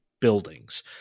buildings